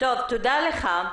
תודה לך.